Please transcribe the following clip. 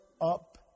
up